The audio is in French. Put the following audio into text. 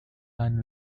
anne